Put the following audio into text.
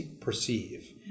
perceive